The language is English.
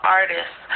artists